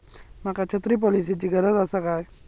माका छत्री पॉलिसिची गरज आसा काय?